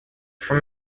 from